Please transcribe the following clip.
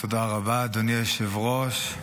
תודה רבה, אדוני היושב-ראש.